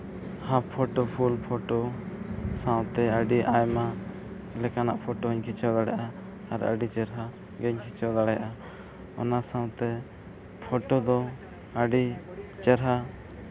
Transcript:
ᱦᱟᱯ ᱯᱷᱳᱴᱳ ᱯᱷᱩᱞ ᱯᱷᱳᱴᱳ ᱥᱟᱶᱛᱮ ᱟᱹᱰᱤ ᱟᱭᱢᱟ ᱞᱮᱠᱟᱱᱟᱜ ᱯᱷᱳᱴᱳᱧ ᱠᱷᱤᱪᱟᱹᱣ ᱵᱟᱲᱟᱜᱼᱟ ᱟᱨ ᱟᱹᱰᱤ ᱪᱮᱨᱦᱟ ᱜᱤᱧ ᱠᱷᱤᱪᱟᱹᱣ ᱫᱟᱲᱮᱭᱟᱜᱼᱟ ᱚᱱᱟ ᱥᱟᱶᱛᱮ ᱯᱷᱳᱴᱳ ᱫᱚ ᱟᱹᱰᱤ ᱪᱮᱨᱦᱟ